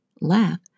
laugh